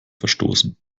verstoßen